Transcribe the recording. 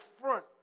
front